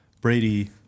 Brady